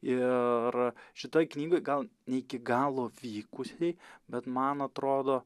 ir šitoj knygoj gal ne iki galo vykusiai bet man atrodo